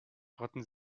rotten